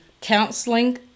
counseling